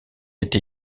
été